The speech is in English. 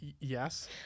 yes